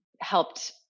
helped